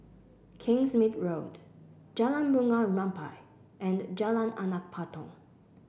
Kingsmead Road Jalan Bunga Rampai and Jalan Anak Patong